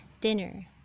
dinner